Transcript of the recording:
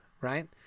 right